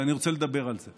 ואני רוצה לדבר על זה.